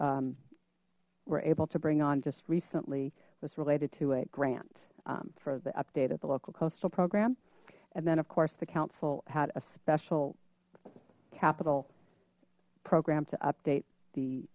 were able to bring on just recently was related to a grant for the update of the local coastal program and then of course the council had a special capital program to update the